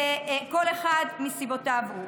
כל אחד מסיבותיו הוא.